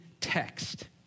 text